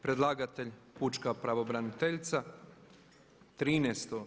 Predlagatelj pučka pravobraniteljica, 13.